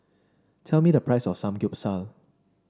tell me the price of Samgyeopsal